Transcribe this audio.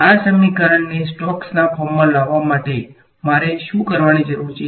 આ સમીકરણને સ્ટોક્સના ફોર્મમાં લાવવા માટે મારે શું કરવાની જરૂર છે